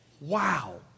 Wow